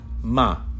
ma